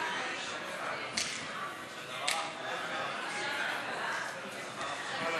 של קבוצת סיעת המחנה הציוני וקבוצת סיעת מרצ לסעיף 2 לא נתקבלה.